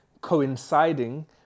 coinciding